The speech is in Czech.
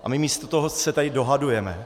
A my místo toho se tady dohadujeme.